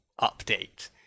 update